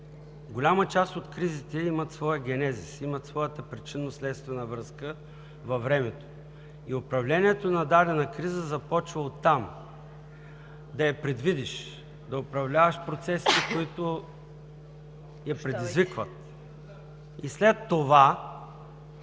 голяма част от кризите имат своя генезис, имат своята причинно-следствена връзка във времето и управлението на дадена криза започва от там – да я предвидиш, да управляваш процесите, които я предизвикват, и след това